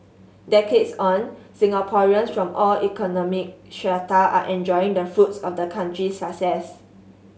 decades on Singaporeans from all economic strata are enjoying the fruits of the country's success